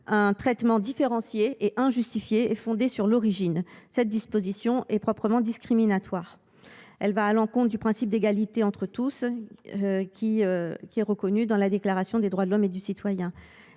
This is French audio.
un traitement différencié et injustifié, fondé sur l’origine. Une telle disposition est proprement discriminatoire. Elle va à l’encontre du principe d’égalité entre tous, qui est proclamé par la Déclaration des droits de l’homme et du citoyen